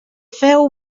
feu